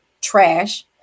trash